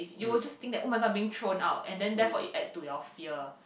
you will just think that [oh]-my-god I'm being thrown out and then therefore it adds to your fear